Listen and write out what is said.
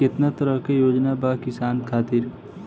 केतना तरह के योजना बा किसान खातिर?